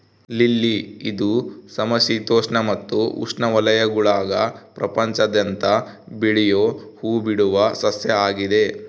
lily ಇದು ಸಮಶೀತೋಷ್ಣ ಮತ್ತು ಉಷ್ಣವಲಯಗುಳಾಗ ಪ್ರಪಂಚಾದ್ಯಂತ ಬೆಳಿಯೋ ಹೂಬಿಡುವ ಸಸ್ಯ ಆಗಿದೆ